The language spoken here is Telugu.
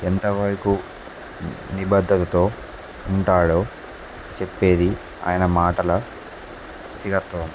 ఎంతవరకు నిబద్ధతో ఉంటాడో చెప్పేది ఆయన మాటల స్థిరత్వం